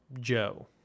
Joe